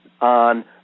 on